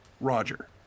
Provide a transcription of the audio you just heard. roger